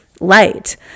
light